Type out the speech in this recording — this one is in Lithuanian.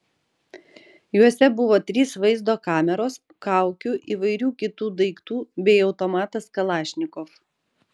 juose buvo trys vaizdo kameros kaukių įvairių kitų daiktų bei automatas kalašnikov